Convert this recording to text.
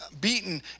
beaten